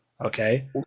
Okay